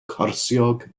corsiog